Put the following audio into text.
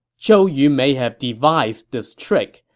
zhou yu may have devised this trick,